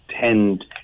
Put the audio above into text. tend